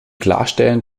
klarstellen